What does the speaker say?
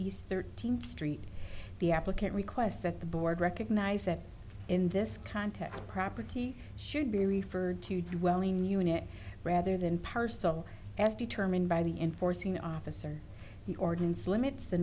east thirteenth street the applicant requests that the board recognize that in this context property should be referred to dwell in unit rather than parcel as determined by the enforcing officer the ordinance limits the